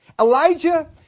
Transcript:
Elijah